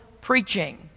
preaching